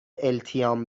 التیام